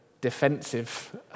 defensive